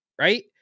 right